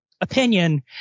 opinion